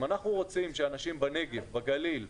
אם אנחנו רוצים שאנשים בנגב, בגליל,